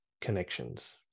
connections